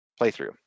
playthrough